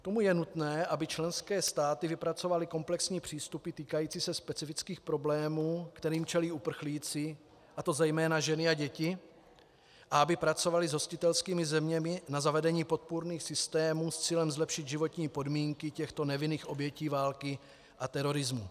K tomu je nutné, aby členské státy vypracovaly komplexní přístupy týkající se specifických problémů, kterým čelí uprchlíci, a to zejména ženy a děti, a aby pracovaly s hostitelskými zeměmi na zavedení podpůrných systémů s cílem zlepšit životní podmínky těchto nevinných obětí války a terorismu.